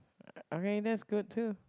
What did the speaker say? okay let's go too